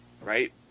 right